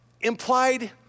implied